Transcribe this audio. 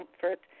comfort